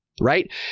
right